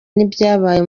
n’ibyabaye